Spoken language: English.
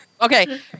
okay